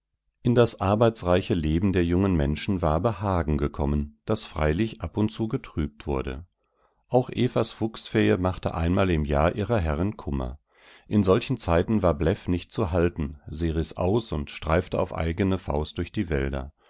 in das arbeitsreiche leben der jungen menschen war behagen gekommen das freilich ab und zu getrübt wurde auch evas fuchsfähe machte einmal im jahr ihrer herrin kummer in solchen zeiten war bläff nicht zu halten sie riß aus und streifte auf eigene faust durch die wälder